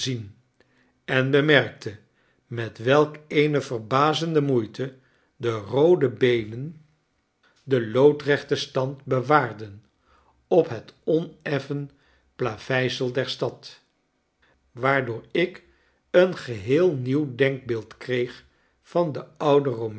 en bemerkte met welk eene verbazende moeite de roode beenen den loodrechten stand bewaarden op het oneffen plaveisel der stad waardoor ik een geheel nieuw denkbeeld kreeg van de oude